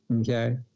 Okay